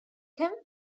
him